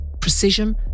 precision